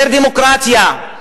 יותר דמוקרטיה,